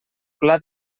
pla